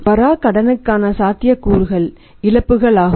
வராக் கடன்களுக்கான சாத்தியக்கூறுகள் இழப்புகளாகும்